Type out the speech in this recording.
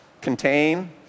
contain